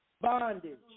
bondage